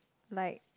like